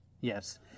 Yes